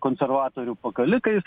konservatorių pakalikais